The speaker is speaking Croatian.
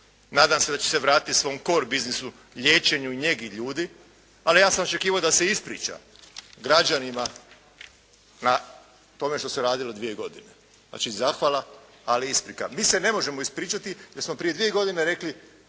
nadam se da će se vratiti svom kor biznisu, liječenju i njegi ljudi, ali ja sam očekivao da se ispriča građanima na tome što se radilo dvije godine, znači zahvala ali i isprika. Mi se ne možemo ispričati jer smo prije dvije godine rekli